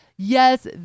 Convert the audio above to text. Yes